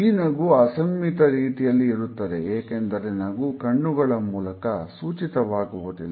ಈ ನಗು ಅಸಮ್ಮಿತ ರೀತಿಯಲ್ಲಿ ಇರುತ್ತದೆ ಏಕೆಂದರೆ ನಗು ಕಣ್ಣುಗಳ ಮೂಲಕ ಸೂಚಿತವಾಗುವುದಿಲ್ಲ